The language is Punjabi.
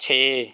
ਛੇ